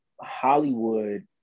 Hollywood